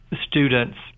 students